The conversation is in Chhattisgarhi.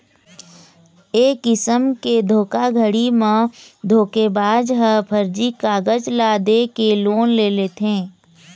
ए किसम के धोखाघड़ी म धोखेबाज ह फरजी कागज ल दे के लोन ले लेथे